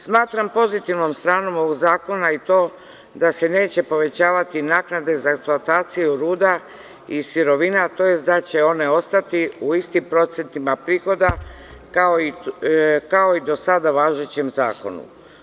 Smatram pozitivnom stranom ovog zakona i to da se neće povećavati naknada za eksploataciju ruda i sirovina, tj. da će one ostati u istim procentima prihoda, kao i u do sada važećem zakonu.